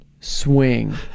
swing